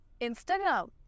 Instagram